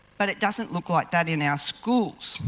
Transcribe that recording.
but it doesn't look like that in our schools.